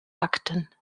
akten